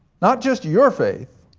not just your faith,